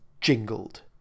jingled